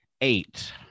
eight